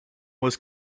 was